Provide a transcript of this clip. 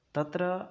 तत्र